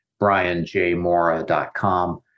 BrianJMora.com